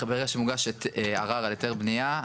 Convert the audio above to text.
ברגע שמוגש ערר על היתר בנייה,